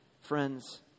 friends